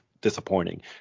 Disappointing